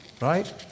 Right